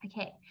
Okay